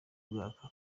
mwaka